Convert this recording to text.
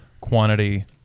quantity